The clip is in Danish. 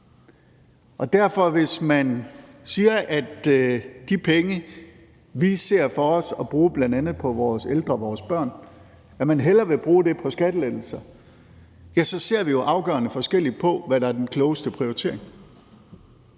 gang. Så hvis man siger, at de penge, vi ser for os at man skal bruge på bl.a. vores ældre og vores børn, vil man hellere bruge på skattelettelser, ja, så ser vi jo afgørende forskelligt på, hvad der er den klogeste prioritering.